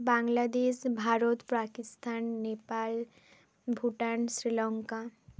Bangladesh Bharat Pakistan Nepal Bhutan Sri Lanka